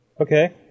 Okay